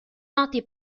noti